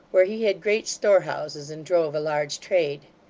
where he had great storehouses and drove a large trade.